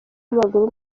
w’amaguru